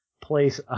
place